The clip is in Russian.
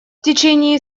течение